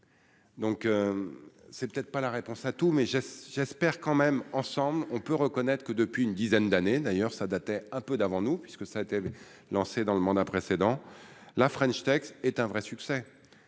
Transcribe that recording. Donc c'est peut-être pas la réponse à tout, mais j'ai, j'espère quand même ensemble, on peut reconnaître que depuis une dizaine d'années, d'ailleurs ça datait un peu d'avant nous, puisque ça a été lancée dans le mandat précédent la French Tech est un vrai succès,